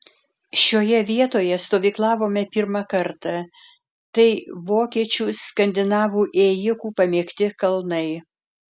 šioje vietoje stovyklavome pirmą kartą tai vokiečių skandinavų ėjikų pamėgti kalnai